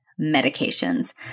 medications